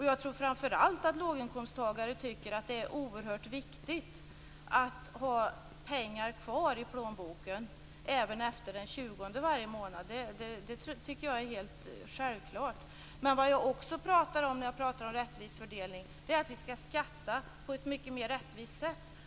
Jag tror framför allt att låginkomsttagare tycker att det är oerhört viktigt att de har pengar kvar i plånboken även efter den 20:e varje månad. Det är självklart. När jag pratar om en rättvis fördelning pratar jag också om att vi skall skatta på ett mycket mer rättvist sätt.